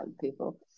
people